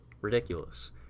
ridiculous